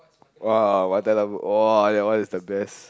!wow! !wow! that !wow! that one is the best